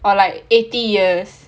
or like eighty years